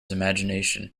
imagination